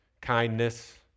kindness